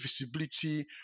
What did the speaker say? visibility